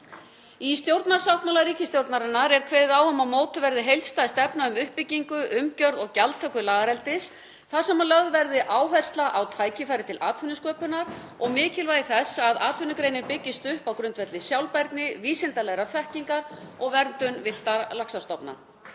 Í stjórnarsáttmála ríkisstjórnarinnar er kveðið á um að mótuð verði heildstæð stefna um uppbyggingu, umgjörð og gjaldtöku lagareldis þar sem lögð verði áhersla á tækifæri til atvinnusköpunar og mikilvægi þess að atvinnugreinin byggist upp á grundvelli sjálfbærni, vísindalegrar þekkingar og verndun villtra laxastofna.